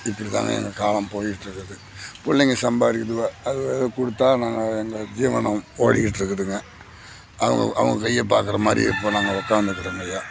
இப்படி தாங்க எங்கே காலம் போயிட்டுருக்குது பிள்ளைங்க சம்பாதிக்கிதுவோ அதுவோ கொடுத்தா நாங்கள் எங்களோடய ஜீவனம் ஓடிக்கிட்டுருக்குதுங்க அவங்க அவங்க கையை பார்க்கற மாதிரி இப்போ நாங்கள் உட்காந்துருக்கறோங்க ஐயா